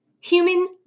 human